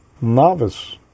novice